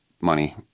money